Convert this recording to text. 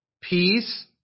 peace